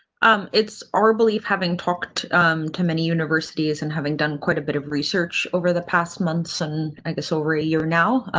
um it's our belief having talked to many universities and having done quite a bit of research over the past months and i guess over a year now,